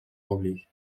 anglais